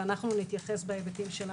ואנחנו נמשיך.